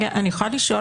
אני רוצה לשאול,